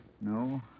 No